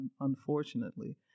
unfortunately